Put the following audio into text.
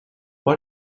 why